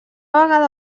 vegada